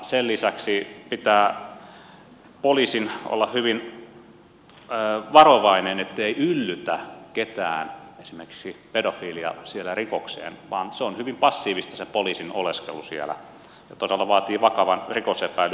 sen lisäksi pitää poliisin olla hyvin varovainen ettei yllytä ketään esimerkiksi pedofiilia siellä rikokseen vaan se poliisin oleskelu siellä on hyvin passiivista ja todella vaatii vakavan rikosepäilyn